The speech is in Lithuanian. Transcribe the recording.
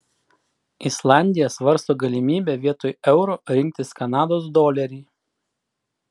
islandija svarsto galimybę vietoj euro rinktis kanados dolerį